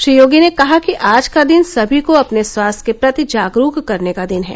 श्री योगी ने कहा कि आज का दिन सभी को अपने स्वास्थ्य के प्रति जागरूक करने का दिन है